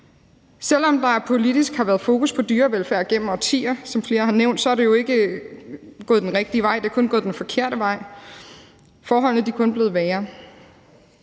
Selv om der politisk har været fokus på dyrevelfærd gennem årtier, som flere har nævnt, er det jo ikke gået den rigtige vej. Det er kun gået den forkerte vej. Forholdene er kun blevet værre.